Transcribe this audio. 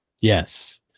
Yes